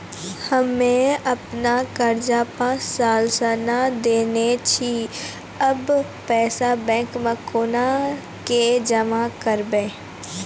हम्मे आपन कर्जा पांच साल से न देने छी अब पैसा बैंक मे कोना के जमा करबै?